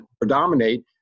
predominate